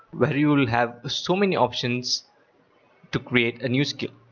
where you will have so many options to create a new skill.